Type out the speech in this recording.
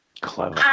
Clever